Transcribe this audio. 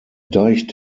deich